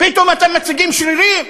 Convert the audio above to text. פתאום אתם מציגים שרירים?